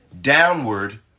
downward